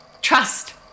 Trust